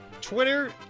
Twitter